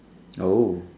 oh